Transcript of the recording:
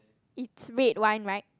it's red wine right